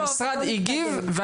המשרד הגיב,